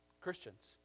Christians